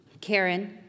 Karen